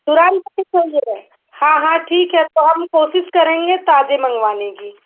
तुरन्त चाहिए हाँ हाँ ठीक है हम कोशिश करेंगे ताज़े मंगवाने की